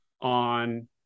on